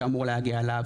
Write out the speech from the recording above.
שאמור להגיע אליו,